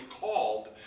called